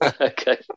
Okay